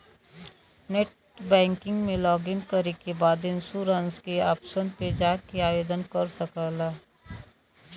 net banking में login करे के बाद इन्शुरन्स के ऑप्शन पे जाके आवेदन कर सकला